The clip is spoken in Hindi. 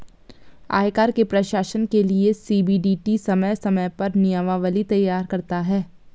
आयकर के प्रशासन के लिये सी.बी.डी.टी समय समय पर नियमावली तैयार करता है